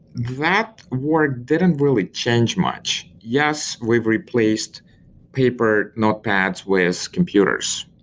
that work didn't really changed much. yes, we've replaced paper, notepads with computers,